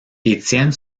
étienne